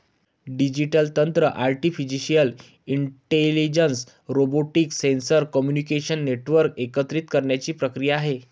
digital तंत्र artificial intelligence, robotics, sensor, communication network एकत्रित करण्याची प्रक्रिया आहे